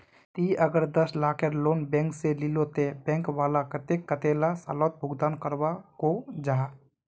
ती अगर दस लाखेर लोन बैंक से लिलो ते बैंक वाला कतेक कतेला सालोत भुगतान करवा को जाहा?